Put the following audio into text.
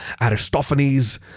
Aristophanes